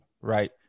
right